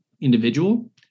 individual